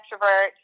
extrovert